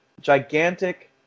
gigantic